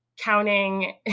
counting